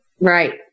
Right